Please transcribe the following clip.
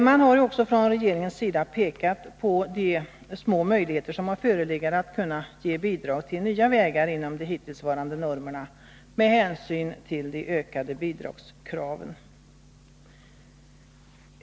Man har också från regeringens sida pekat på de små möjligheter som förelegat att ge bidrag till nya vägar inom de hittillsvarande normerna med hänsyn till de ökade bidragskraven.